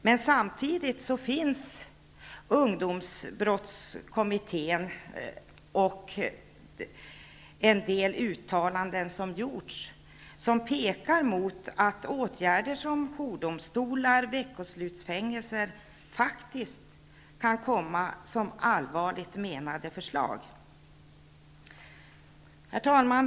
Men samtidigt har ungdomsbrottskommittén gjort en del uttalanden som pekar mot att allvarligt menade förslag om jourdomstolar och veckoslutsfängelser faktiskt kan läggas fram. Herr talman!